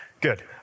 Good